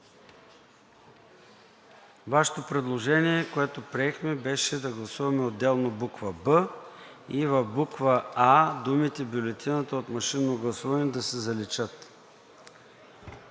Вашето предложение, което приехме, беше да гласуваме отделно буква „б“ и в буква „а“ думите „бюлетината от машинно гласуване“ да се заличат.